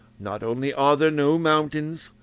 not only are there no mountains,